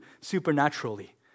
supernaturally